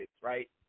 right